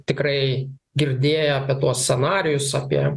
tikrai girdėję apie tuos scenarijus apie